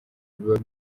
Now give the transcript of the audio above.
biba